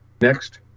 Next